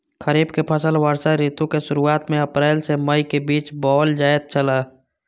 खरीफ के फसल वर्षा ऋतु के शुरुआत में अप्रैल से मई के बीच बौअल जायत छला